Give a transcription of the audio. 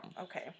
Okay